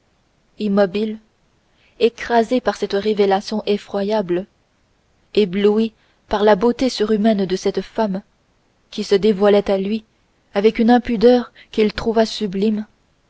immobile écrasé par cette révélation effroyable ébloui par la beauté surhumaine de cette femme qui se dévoilait à lui avec une impudeur qu'il trouva sublime